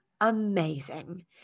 amazing